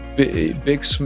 big